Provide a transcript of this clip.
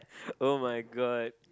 [oh]-my-god